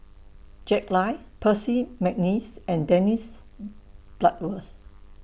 Jack Lai Percy Mcneice and Dennis Bloodworth